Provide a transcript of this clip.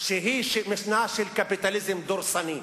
שהיא משנה של קפיטליזם דורסני.